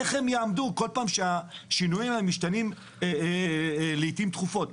איך הם יעמדו כל פעם שהשינויים האלה משתנים לעיתים תכופות?